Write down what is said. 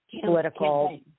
political